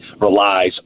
relies